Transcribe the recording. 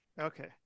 Okay